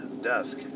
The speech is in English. Dusk